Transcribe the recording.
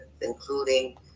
including